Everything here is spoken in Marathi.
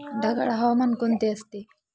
ढगाळ हवामान कोणते असते?